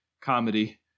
comedy